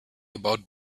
about